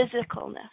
physicalness